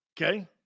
Okay